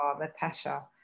Natasha